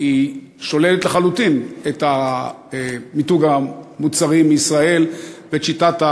שוללת לחלוטין את מיתוג המוצרים מישראל ואת שיטת,